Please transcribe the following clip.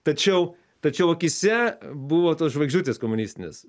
tačiau tačiau akyse buvo tos žvaigždutės komunistinės